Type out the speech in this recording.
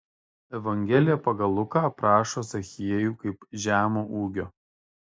evangelija pagal luką aprašo zachiejų kaip žemo ūgio